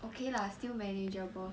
okay lah still manageable